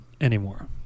anymore